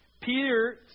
Peter